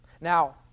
Now